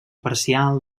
parcial